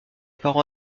parents